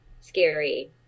scary